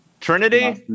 Trinity